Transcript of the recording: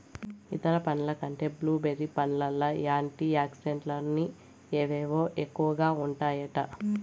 ఇతర పండ్ల కంటే బ్లూ బెర్రీ పండ్లల్ల యాంటీ ఆక్సిడెంట్లని అవేవో ఎక్కువగా ఉంటాయట